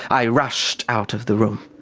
i rushed out of the room.